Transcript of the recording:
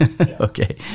Okay